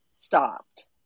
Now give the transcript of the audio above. stopped